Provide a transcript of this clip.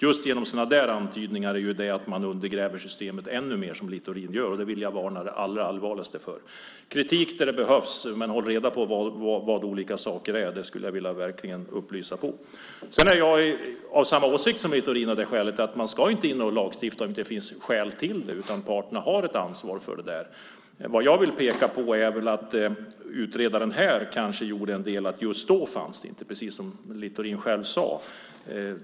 Just genom sådana antydningar undergräver man systemet ännu mer, som Littorin gör, och det vill jag varna det allra allvarligaste för. Kritik där det behövs, men håll reda på vad olika saker är, det skulle jag verkligen vilja uppmana till. Sedan är jag av samma åsikt som Littorin av det skälet att man inte ska lagstifta om det inte finns skäl till det. Parterna har ett ansvar. Det jag vill peka på är väl att utredaren kanske utgick från att det just då inte fanns, precis som Littorin själv sade.